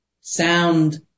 sound